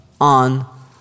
on